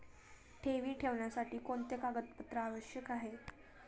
ठेवी ठेवण्यासाठी कोणते कागदपत्रे आवश्यक आहे?